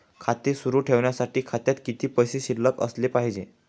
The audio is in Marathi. खाते सुरु ठेवण्यासाठी खात्यात किती पैसे शिल्लक असले पाहिजे?